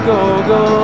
Go-Go